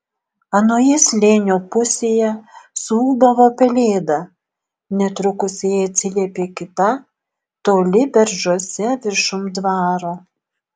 anoje slėnio pusėje suūbavo pelėda netrukus jai atsiliepė kita toli beržuose viršum dvaro